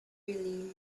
really